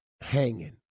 hanging